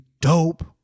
dope